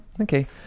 Okay